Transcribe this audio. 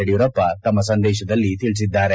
ಯಡಿಯೂರಪ್ಪ ತಮ್ಮ ಸಂದೇಶದಲ್ಲಿ ತಿಳಿಸಿದ್ದಾರೆ